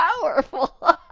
powerful